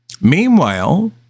Meanwhile